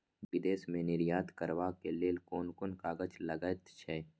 विदेश मे निर्यात करबाक लेल कोन कोन कागज लगैत छै